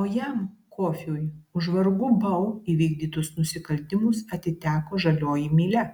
o jam kofiui už vargu bau įvykdytus nusikaltimus atiteko žalioji mylia